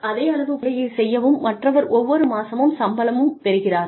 அதே அளவு வேலையை செய்யும் மற்றவர் ஒவ்வொரு மாதமும் சம்பளம் பெறுகிறார்கள்